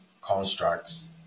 constructs